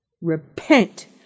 Repent